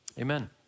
Amen